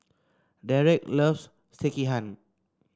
Derek loves Sekihan